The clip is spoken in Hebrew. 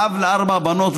אב לארבע בנות,